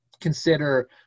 consider